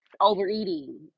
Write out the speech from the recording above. overeating